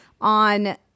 on